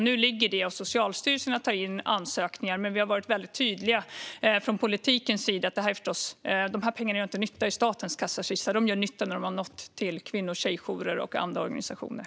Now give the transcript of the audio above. Nu ligger det hos Socialstyrelsen att ta in ansökningar, och vi har varit väldigt tydliga från politikens sida med att de här pengarna inte gör någon nytta i statens kassakista utan först när de når kvinno och tjejjourer och andra organisationer.